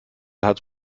hat